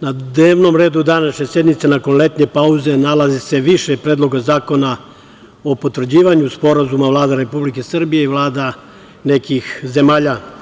na dnevnom redu današnje sednice, nakon letnje pauze, nalazi se više predloga zakona o potvrđivanju sporazuma Vlade Republike Srbije i vlada nekih zemalja.